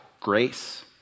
grace